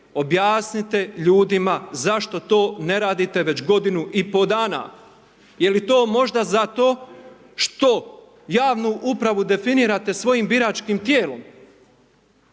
objasnite ljudima, zašto to ne radite već godinu i pol dana. Je li to možda zato što javnu upravu definirate svojim biračkim tijelom,